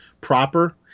proper